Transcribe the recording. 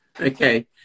Okay